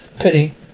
Pity